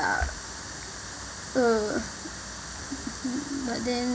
uh but then